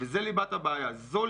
וזו ליבת הבעיה.